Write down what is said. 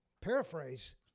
paraphrase